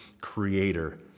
creator